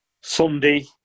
Sunday